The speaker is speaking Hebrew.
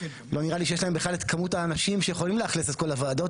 לא נראה לי שיש להם בכלל את כמות האנשים שיכולים לאכלס את כל הוועדות,